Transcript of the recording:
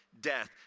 Death